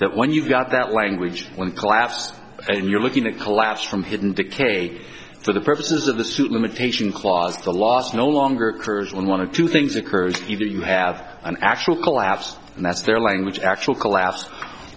that when you've got that language one collapsed and you're looking at collapse from hidden decay for the purposes of the suit limitation clause the last no longer occurs when one of two things occurs either you have an actual collapse and that's their language actual collapse